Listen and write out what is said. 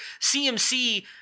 CMC